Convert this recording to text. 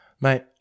Mate